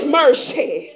mercy